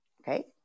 Okay